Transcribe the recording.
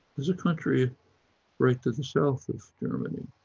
there's a country right to the south of germany.